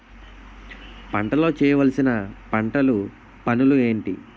పంటలో చేయవలసిన పంటలు పనులు ఏంటి?